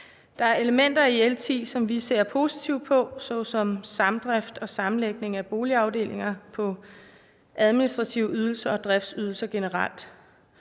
Der er elementer i L 10, som vi ser positivt på, såsom samdrift og sammenlægning af boligafdelinger med hensyn til administrative ydelser og driftsydelser generelt.